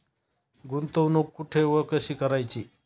गुंतवणूक कुठे व कशी करायची?